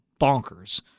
bonkers